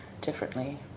differently